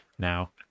now